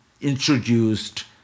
introduced